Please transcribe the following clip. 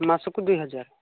ମାସକୁ ଦୁଇ ହଜାର